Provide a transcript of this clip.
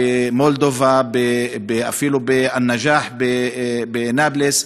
במולדובה, אפילו בא-נג'אח בנבלוס,